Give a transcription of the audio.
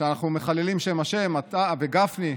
שאנחנו מחללים שם השם, אתה וגפני.